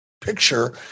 picture